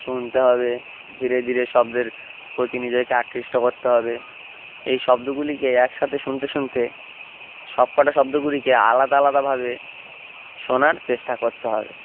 শুনতে হবে ধীরে ধীরে শব্দের প্রতি নিজেকে আকৃষ্ট করতে হবে এই শব্দগুলিকে একসাথে শুনতে শুনতে সব কটা শব্দগুলিকে আলাদা আলাদাভাবে শোনার চেষ্টা করতে হবে